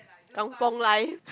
kampung life